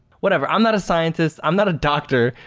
whatever, i'm not a scientist, i'm not a doctor,